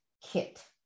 kit